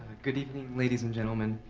good evening, ladies and gentlemen.